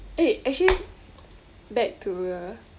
eh actually back to the